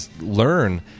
learn